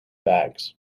bags